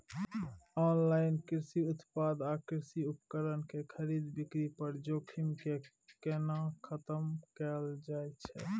Online कृषि उत्पाद आ कृषि उपकरण के खरीद बिक्री पर जोखिम के केना खतम कैल जाए छै?